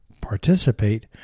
participate